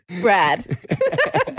Brad